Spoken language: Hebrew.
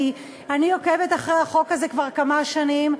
כי אני עוקבת אחרי החוק הזה כבר כמה שנים,